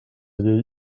llei